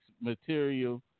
material